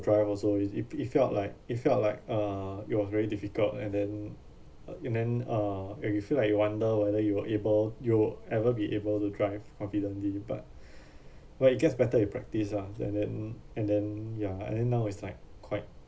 drive also is it it felt like it felt like uh it was very difficult and then uh and then uh and you feel like you wonder whether you were able you ever be able to drive confidently but when it gets better with practice ah and then and then ya and then now is like quite